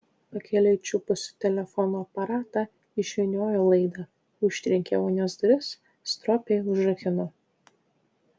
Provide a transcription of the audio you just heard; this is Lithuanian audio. pakeliui čiupusi telefono aparatą išvyniojo laidą užtrenkė vonios duris stropiai užrakino